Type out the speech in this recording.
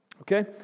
Okay